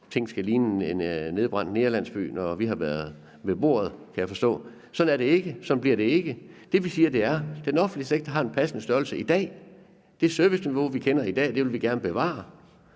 tingene skal ligne en nedbrændt negerlandsby, når vi har været med ved bordet; det kan jeg forstå på det. Men sådan er det ikke, og sådan bliver det ikke. Det, vi siger, er, at den offentlige sektor har en passende størrelse i dag. Det serviceniveau, man kender i dag, vil vi gerne bevare,